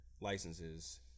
licenses